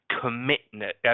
commitment